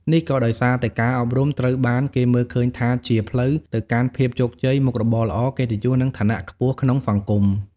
នេះក៏ដោយសារតែការអប់រំត្រូវបានគេមើលឃើញថាជា ផ្លូវទៅកាន់ភាពជោគជ័យ មុខរបរល្អ កិត្តិយស និងឋានៈខ្ពស់ក្នុងសង្គម។